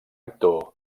actor